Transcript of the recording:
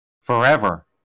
forever